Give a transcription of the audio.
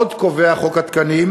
עוד קובע חוק התקנים